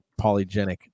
polygenic